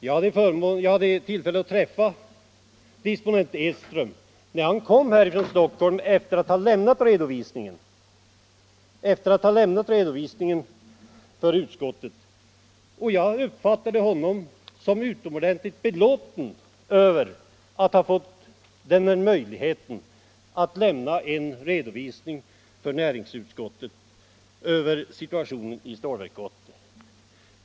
Jag hade tillfälle att träffa disponent Edström när han kom härifrån Stockholm efter att ha lämnat redogörelsen för utskottet, och jag uppfattade honom som utomordentligt belåten med att han fått möjligheten att för näringsutskottet redovisa situationen i samband med Stålverk 80.